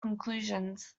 conclusions